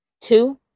Two